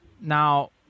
now